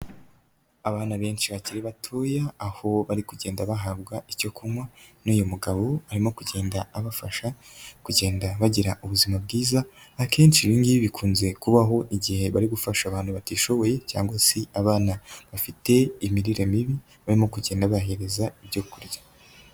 Abana benshi bakiri batoya aho bari kugenda bahabwa icyo kunywa n'uyu mugabo arimo kugenda abafasha, kugenda bagira ubuzima bwiza, akenshi ibingibi bikunze kubaho igihe bari gufasha abantu batishoboye cyangwa se abana bafite imirire mibi barimo kugenda bahereza ibyo kurya.